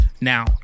Now